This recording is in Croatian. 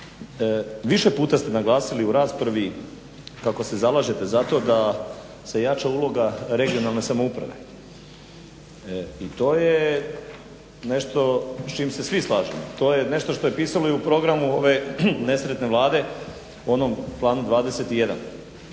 više puta ste naglasili u raspravi kako se zalažete za to da se jača uloga regionalne samouprave i to je nešto s čim se svi slažemo, to je nešto što je pisalo i u programu ove nesretne vlade u onom Planu 21.